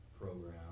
program